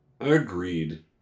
Agreed